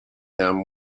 them